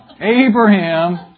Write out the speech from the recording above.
Abraham